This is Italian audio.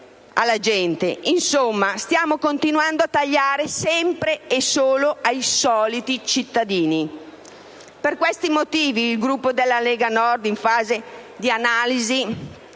città! Insomma, stiamo continuando a tagliare sempre e solo ai soliti cittadini. Per questi motivi il Gruppo della Lega Nord nel corso